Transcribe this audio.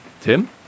Tim